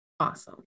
Awesome